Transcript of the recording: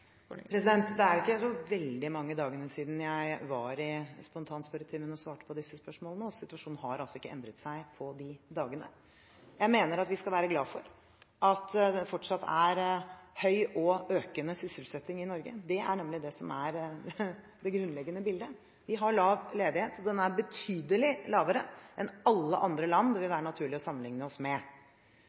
Det er ikke så veldig mange dagene siden jeg var i spontanspørretimen og svarte på disse spørsmålene, og situasjonen har altså ikke endret seg på de dagene. Jeg mener at vi skal være glade for at det fortsatt er høy og økende sysselsetting i Norge. Det er nemlig det som er det grunnleggende bildet. Vi har lav ledighet, og den er betydelig lavere enn alle andre land det vil være naturlig å sammenligne oss med.